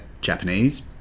Japanese